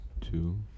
two